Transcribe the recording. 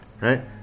right